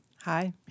Hi